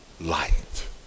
light